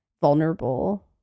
vulnerable